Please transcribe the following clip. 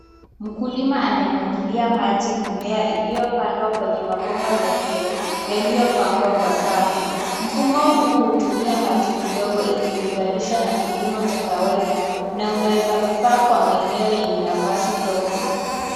Mkulima anaimwagilia maji mimea iliyo pandwa kwenye mabomba meupe yaliyo pangwa kwa safu, mfumo huu hutumia maji kidogo ikilinganishwa na kilimo cha kawaida na inaweza kufaa kwenye maeneo yenye nafasi ndogo.